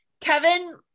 Kevin